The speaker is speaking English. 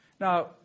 Now